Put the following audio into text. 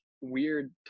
weird